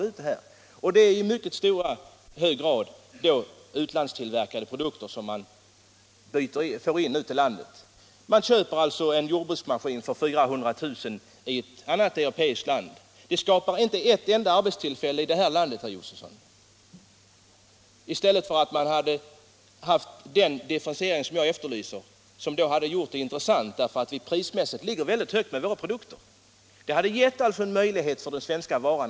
I mycket hög grad är det utlandstillverkade produkter som man för in i landet. Om man köper en jordbruksmaskin för 400 000 kr. i ett annat europeiskt land, skapar det inte ett enda arbetstillfälle i detta land, herr Josefson. Den differentiering som jag efterlyser hade emellertid gjort det hela intressant, eftersom vi prismässigt ligger väldigt högt med våra produkter. Den hade givit den svenska varan en möjlighet att konkurrera.